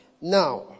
Now